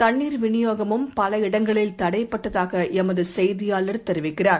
தண்ணீர் விநியோகமும் பல இடங்களில் தடைபட்டதாகளமதுசெய்தியாளர் தெரிவிக்கிறார்